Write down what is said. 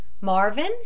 Marvin